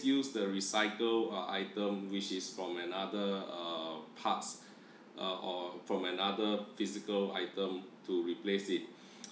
use the recycle uh item which is from another uh parts uh or from another physical item to replace it